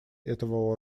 этого